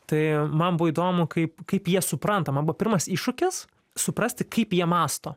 tai man buvo įdomu kaip kaip jie supranta pirmas iššūkis suprasti kaip jie mąsto